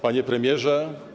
Panie Premierze!